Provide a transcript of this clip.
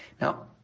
Now